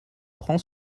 prends